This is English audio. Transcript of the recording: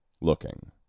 looking